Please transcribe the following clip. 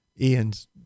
Ian's